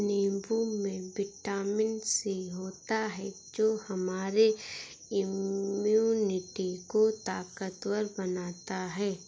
नींबू में vitamin C होता है जो हमारे इम्यूनिटी को ताकतवर बनाता है